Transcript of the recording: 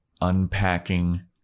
unpacking